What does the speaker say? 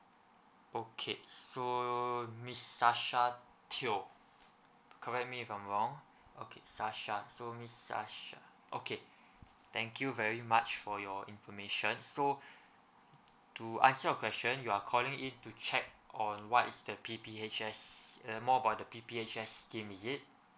okay so miss sasha teoh correct me if I'm wrong okay sasha so miss sasha okay thank you very much for your information so to answer your question you are calling in to check on what is the P_P_H_S uh more about the P_P_H_S scheme is it